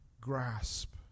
grasp